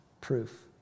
proof